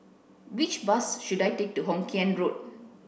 which bus should I take to Hokien Road